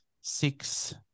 six